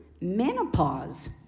menopause